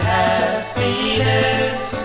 happiness